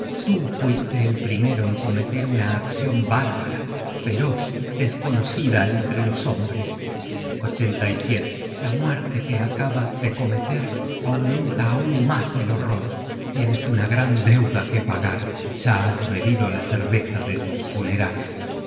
tú fuiste el primero en cometer una accion bárbara feroz desconocida entre los hombres la muerte que acabas de cometer aumenta aun mas el horror tienes una gran deuda que pagar ya has bebido la cerveza de tus funerales